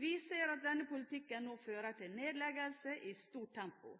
Vi ser at denne politikken nå fører til nedleggelser i stort tempo,